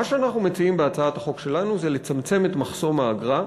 מה שאנחנו מציעים בהצעת החוק שלנו זה לצמצם את מחסום האגרה.